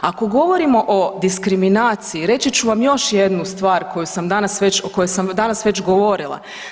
Ako govorimo o diskriminaciji reći ću vam još jednu stvar koju sam danas već, o kojoj sam danas već govorila.